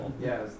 Yes